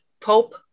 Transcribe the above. Pope